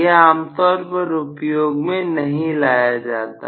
यह आम तौर पर उपयोग में नहीं लाया जाता